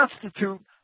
constitute